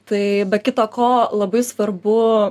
tai be kita ko labai svarbu